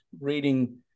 reading